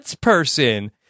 person